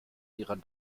ihrer